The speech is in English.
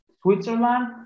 Switzerland